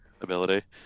ability